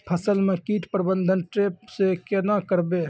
फसल म कीट प्रबंधन ट्रेप से केना करबै?